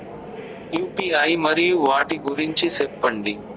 UPI మరియు వాటి గురించి సెప్పండి?